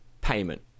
payment